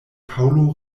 paŭlo